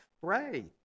Pray